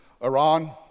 Iran